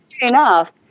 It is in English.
enough